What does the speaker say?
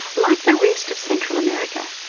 like the rest of central america,